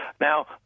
Now